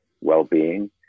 well-being